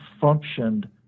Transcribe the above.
functioned